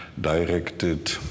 directed